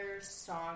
song